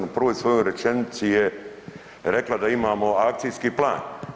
U prvoj svojoj rečenici je rekla da imamo akcijski plan.